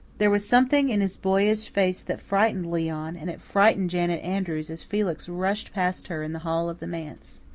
there was something in his boyish face that frightened leon and it frightened janet andrews as felix rushed past her in the hall of the manse.